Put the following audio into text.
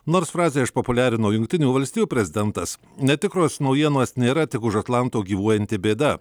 nors frazę išpopuliarino jungtinių valstijų prezidentas netikros naujienos nėra tik už atlanto gyvuojanti bėda